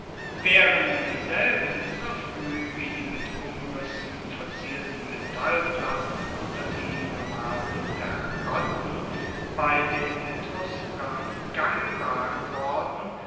waeren dieselben so frueh wie die mit umrissen verzierten metallplatten oder die bemalten terrakotten bei den etruskern gangbar geworden